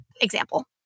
example